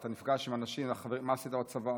אתה נפגש עם אנשים ושואל מה עשית בצבא,